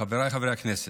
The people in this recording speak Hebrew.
חבריי חברי הכנסת,